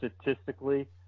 statistically